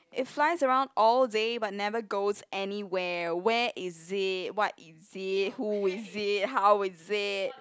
it's fly around all day but never goes anywhere where is it what is it who is it how is it